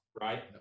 right